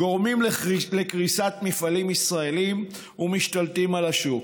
גורמים לקריסת מפעלים ישראליים ומשתלטים על השוק.